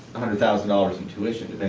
thousand dollars in tuition,